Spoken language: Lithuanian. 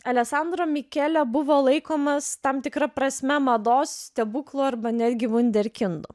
aleksandro mikele buvo laikomas tam tikra prasme mados stebuklu arba netgi vunderkindu